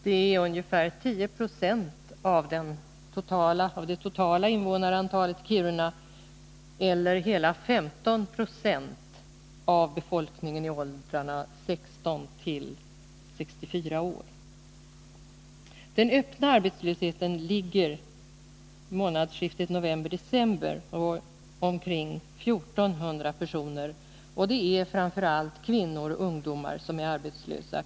Det är ungefär 10 96 av det totala invånarantalet i Kiruna eller hela 15 20 av befolkningen i åldrarna 16-64 år. Den öppna arbetslösheten låg vid månadsskiftet november-december på omkring 1 400 personer. Och det är framför allt kvinnor och ungdomar som är arbetslösa.